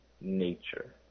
nature